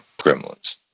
Gremlins